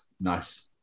Nice